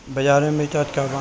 बाजार में मिर्च आज का बा?